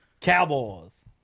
Cowboys